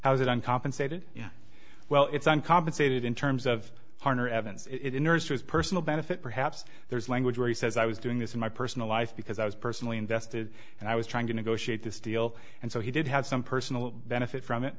is it uncompensated yeah well it's uncompensated in terms of harner evans it in nurseries personal benefit perhaps there's language where he says i was doing this in my personal life because i was personally invested and i was trying to negotiate this deal and so he did have some personal benefit from it